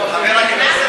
חבר הכנסת,